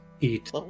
eat